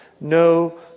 no